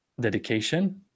dedication